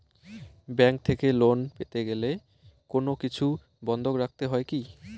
Bank থেকে loan পেতে গেলে কোনো কিছু বন্ধক রাখতে হয় কি?